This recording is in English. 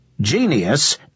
Genius